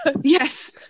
yes